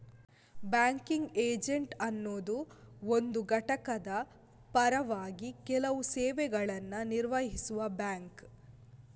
banking agent ಅನ್ನುದು ಒಂದು ಘಟಕದ ಪರವಾಗಿ ಕೆಲವು ಸೇವೆಗಳನ್ನ ನಿರ್ವಹಿಸುವ ಬ್ಯಾಂಕ್